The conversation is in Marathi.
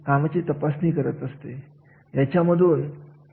तर येथे प्रत्येक क्षेत्रामध्ये संबंधित कार्यासाठी प्रशिक्षणाचे महत्त्व असते